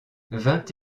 vingt